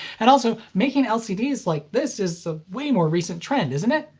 and also making lcds like this is a way more recent trend, isn't it?